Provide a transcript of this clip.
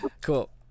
Cool